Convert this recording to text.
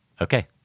Okay